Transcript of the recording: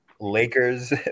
Lakers